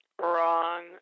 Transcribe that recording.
Wrong